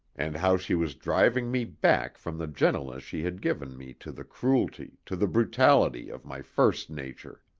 and how she was driving me back from the gentleness she had given me to the cruelty, to the brutality, of my first nature.